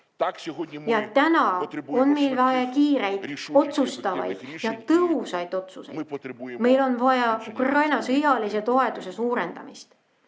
täna on meil vaja kiireid, otsustavaid ja tõhusaid otsuseid. Meil on vaja Ukraina sõjalise toetuse suurendamist.